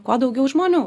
kuo daugiau žmonių